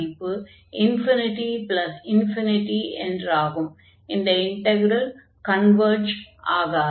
இது integral converge ஆகாது